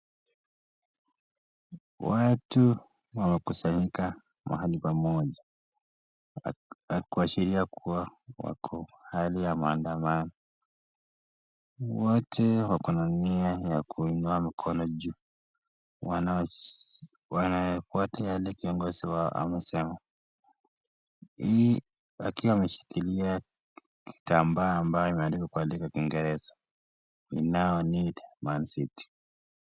Watu wamekusanyika mahali pamoja, kuashiria kuwa wako hali ya maandamano. Wote wako na nia ya kuinua mkono juu wanafuata yale kiongozi wao amesema. Hii wakiwa wameshikilia kitambaa imeandikwa kwa kiingereza WE NOW NEED MANCITY .